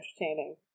entertaining